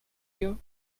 you